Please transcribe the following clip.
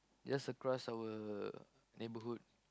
just across our neighborhood